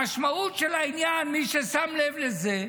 המשמעות של העניין, מי ששם לב לזה,